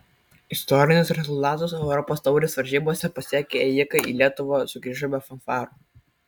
istorinius rezultatus europos taurės varžybose pasiekę ėjikai į lietuvą sugrįžo be fanfarų